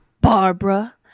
Barbara